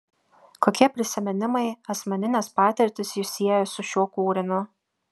kokie prisiminimai asmeninės patirtys jus sieja su šiuo kūriniu